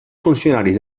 funcionaris